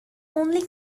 only